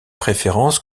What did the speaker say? préférences